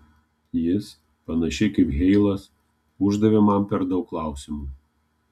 jis panašiai kaip heilas uždavė man per daug klausimų